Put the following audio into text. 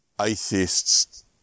atheists